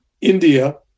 India